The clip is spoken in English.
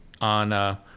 on